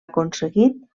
aconseguit